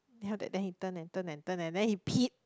then after that then he turn and turn and turn and then he peed